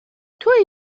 توئی